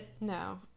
No